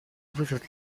вызов